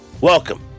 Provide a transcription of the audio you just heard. Welcome